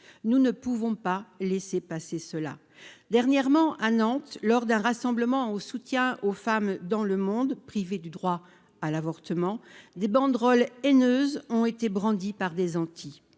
nous ne pouvons pas laisser passer cela dernièrement à Nantes lors d'un rassemblement au soutien aux femmes dans le monde, privés du droit à l'avortement des banderoles haineuses ont été brandies par des anti-des